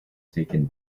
taken